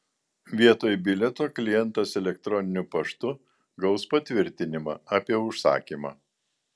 vietoj bilieto klientas elektroniniu paštu gaus patvirtinimą apie užsakymą